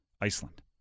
Iceland